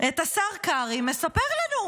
את השר קרעי מספר לנו,